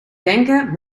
denken